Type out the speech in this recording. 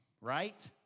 Right